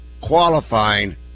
qualifying